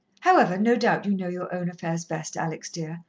however, no doubt you know your own affairs best, alex, dear,